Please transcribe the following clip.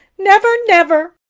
never, never.